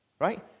right